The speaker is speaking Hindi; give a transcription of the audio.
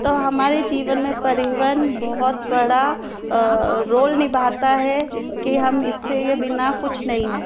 तो हमारे जीवन में परिवहन बहुत बड़ा रोल निभाता है कि हम इससे के बिना कुछ नहीं हैं